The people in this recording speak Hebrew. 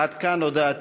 עד כאן הודעתי.